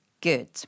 good